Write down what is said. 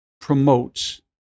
promotes